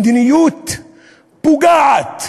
מדיניות פוגעת,